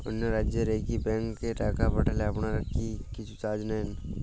অন্য রাজ্যের একি ব্যাংক এ টাকা পাঠালে আপনারা কী কিছু চার্জ নেন?